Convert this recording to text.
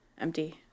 empty